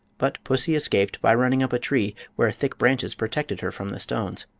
but pussy escaped by running up a tree, where thick branches protected her from the stones.